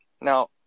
now